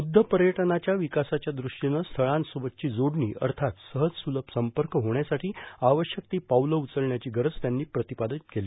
ब्रुद्ध पर्यटनाच्या विकासाच्या द्रष्टीनं स्थळांसोबतची जोडणी अर्थात सहज स्रलभ संपर्क होण्यासाठी आवश्यक ती पाऊलं उचलण्याची गरज त्यांनी प्रतिपादीत केली